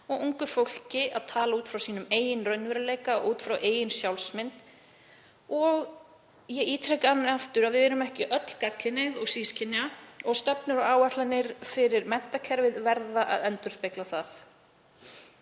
og ungu fólki að tala út frá sínum eigin raunveruleika, út frá eigin sjálfsmynd. Ég ítreka enn og aftur að við erum ekki öll gagnkynhneigð og sískynja og stefnur og áætlanir fyrir menntakerfið verða að endurspegla það.